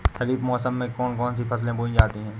खरीफ मौसम में कौन कौन सी फसलें बोई जाती हैं?